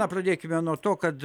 na pradėkime nuo to kad